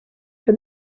for